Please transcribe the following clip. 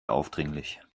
aufdringlich